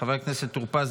חבר הכנסת טור פז,